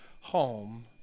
home